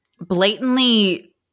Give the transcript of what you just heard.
blatantly